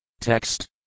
Text